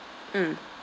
mm